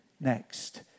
next